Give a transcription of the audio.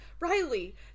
riley